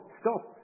stop